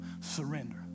Surrender